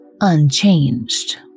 unchanged